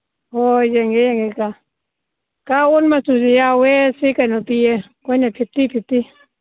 ꯍꯣꯏ ꯌꯦꯡꯒꯦ ꯌꯦꯡꯒꯦ ꯀꯀꯥ ꯀꯀꯥ ꯎꯠ ꯃꯆꯨꯁꯨ ꯌꯥꯎꯋꯦ ꯁꯤꯀꯩꯅꯣ ꯄꯤꯌꯦ ꯑꯩꯈꯣꯏꯅ ꯐꯤꯐꯇꯤ ꯐꯤꯐꯇꯤ